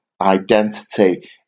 identity